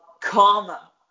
Comma